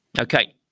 Okay